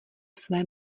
své